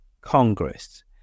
Congress